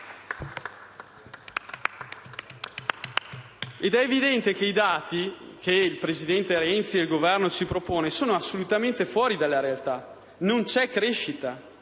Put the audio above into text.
È evidente che i dati che il presidente Renzi e il Governo ci propongono sono assolutamente fuori dalla realtà: non c'è crescita